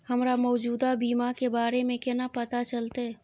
हमरा मौजूदा बीमा के बारे में केना पता चलते?